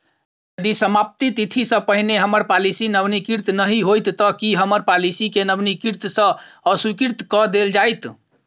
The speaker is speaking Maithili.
यदि समाप्ति तिथि सँ पहिने हम्मर पॉलिसी नवीनीकृत नहि होइत तऽ की हम्मर पॉलिसी केँ नवीनीकृत सँ अस्वीकृत कऽ देल जाइत?